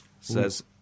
Says